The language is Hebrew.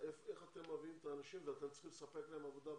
איך אתם מביאים את האנשים ואתם צריכים לספק להם עבודה בארץ.